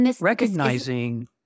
recognizing